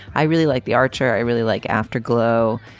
i really like the archer i really like afterglow.